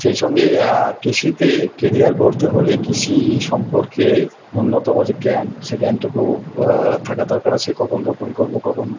সেই সঙ্গে কৃষিতে কেরিয়ার গড়তে হলে কৃষি সম্পর্কে ন্যূনতম যে জ্ঞান সেই জ্ঞানটুকু থাকা দরকার আছে কখন রোপণ করব কখন